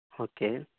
okay